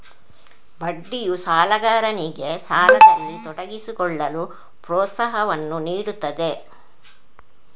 ಬಡ್ಡಿಯು ಸಾಲಗಾರನಿಗೆ ಸಾಲದಲ್ಲಿ ತೊಡಗಿಸಿಕೊಳ್ಳಲು ಪ್ರೋತ್ಸಾಹವನ್ನು ನೀಡುತ್ತದೆ